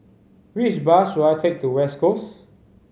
which bus should I take to West Coast